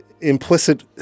implicit